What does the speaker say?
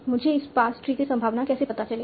मुझे इस parse tree की संभावना कैसे पता चलेगी